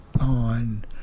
on